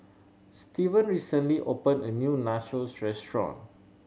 Steven recently opened a new Nachos Restaurant